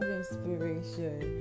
inspiration